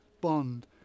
Bond